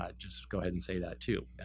ah just go ahead and say that, too.